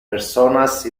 personas